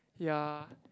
ya